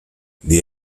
the